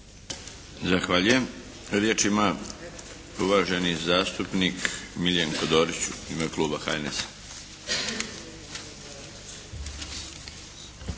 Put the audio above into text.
Zahvaljujem. Riječ ima uvaženi zastupnik Miljenko Dorić u ime kluba HNS-a.